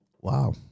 Wow